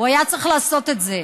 הוא היה צריך לעשות את זה.